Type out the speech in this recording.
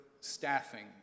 staffing